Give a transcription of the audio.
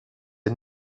est